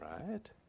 right